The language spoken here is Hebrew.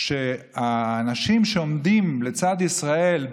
שהאנשים שעומדים לצד ישראל,